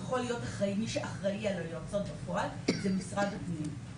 מי שאחראי על היועצות בפועל זה משרד הפנים,